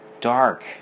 dark